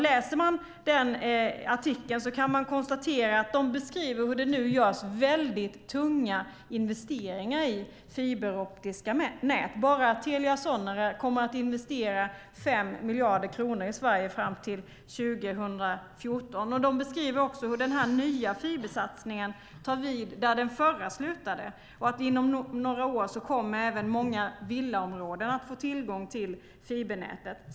Läser man den artikeln kan man konstatera att de beskriver hur det nu görs tunga investeringar i fiberoptiska nät. Bara Telia Sonera kommer att investera 5 miljarder kronor i Sverige fram till 2014. De beskriver också hur den nya fibersatsningen tar vid där den förra slutade och att man även i många villaområden inom några år kommer att få tillgång till fibernätet.